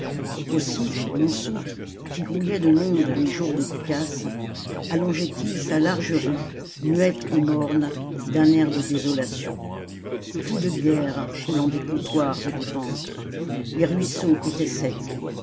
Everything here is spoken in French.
aussi montsou qui grouillait de monde les jours de ducasse allongeait il sa large rue muette et morne d'un air de désolation plus de bière coulant des comptoirs et des ventres les ruisseaux étaient secs